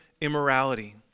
immorality